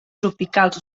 tropicals